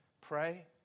pray